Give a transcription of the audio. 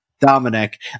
Dominic